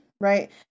right